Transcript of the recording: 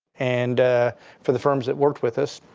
and for the firms that worked with us,